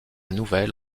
nouvelle